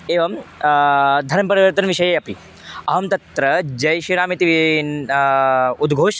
एवं धनं परिवर्तनविषये अपि अहं तत्र जयः श्रीरामः इति न उद्घोषणं